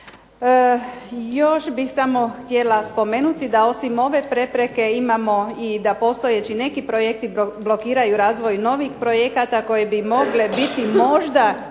Još bih samo htjela spomenuti da osim ove prepreke imamo i da postojeći neki projekti blokiraju razvoj novih projekata koji bi mogle biti možda